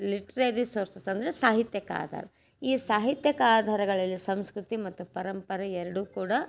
literary sources ಅಂದರೆ ಸಾಹಿತ್ಯಕ ಆಧಾರ ಈ ಸಾಹಿತ್ಯಕ ಆಧಾರಗಳಲ್ಲಿ ಸಂಸ್ಕೃತಿ ಮತ್ತು ಪರಂಪರೆ ಎರಡೂ ಕೂಡ